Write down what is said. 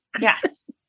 Yes